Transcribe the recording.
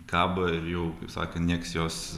kabo ir jau kaip sakant nieks jos